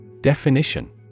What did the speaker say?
Definition